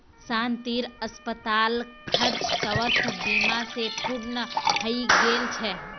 शांतिर अस्पताल खर्च स्वास्थ बीमा स पूर्ण हइ गेल छ